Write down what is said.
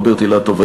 רוברט אילטוב,